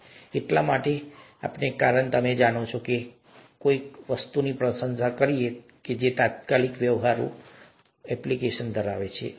તે એટલા માટે છે કારણ કે તમે જાણો છો કે અમે એવી કોઈ વસ્તુની પ્રશંસા કરીએ છીએ જે તાત્કાલિક વ્યવહારુ એપ્લિકેશન ધરાવે છે